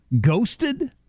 ghosted